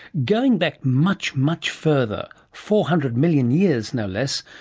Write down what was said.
going back much, much further, four hundred million years no less,